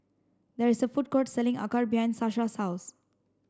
there is a food court selling Acar behind Sasha's house